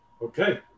Okay